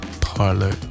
parlor